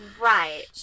Right